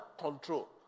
control